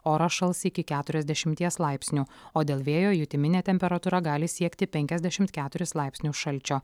oras šals iki keturiasdešimies laipsnių o dėl vėjo jutiminė temperatūra gali siekti penkiasdešim keturis laipsnius šalčio